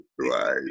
Right